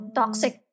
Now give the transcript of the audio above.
toxic